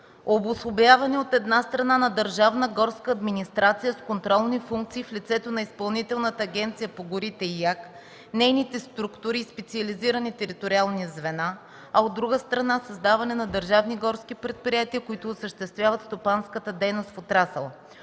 обособяване, от една страна, на държавна горска администрация с контролни функции в лицето на Изпълнителната агенция по горите (ИАГ), нейните структури и специализирани териториални звена, а от друга страна – създаване на държавни горски предприятия, които осъществяват стопанската дейност в отрасъла;